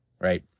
right